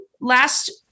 last